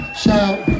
shout